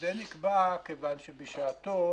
זה נקבע מכיוון שבשעתו,